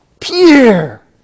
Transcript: Pure